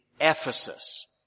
Ephesus